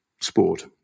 sport